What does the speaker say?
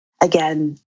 again